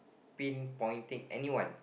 pin pointing anyone